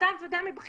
מבחינתן וגם מבחינתנו.